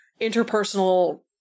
interpersonal